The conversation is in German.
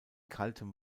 kaltem